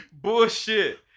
Bullshit